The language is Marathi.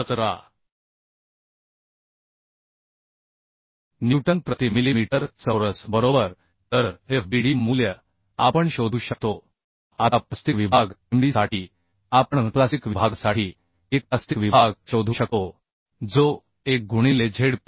17 न्यूटन प्रति मिलीमीटर चौरस बरोबर तरFbD मूल्य आपण शोधू शकतो आता प्लास्टिक विभाग MD साठी आपण प्लास्टिक विभागासाठी एक प्लास्टिक विभाग शोधू शकतो जो 1 गुणिले झेड